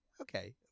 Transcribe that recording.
Okay